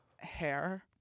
hair